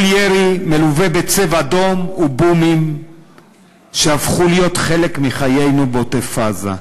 כל ירי מלווה ב"צבע אדום" ובומים שהפכו להיות חלק מחיינו בעוטף-עזה,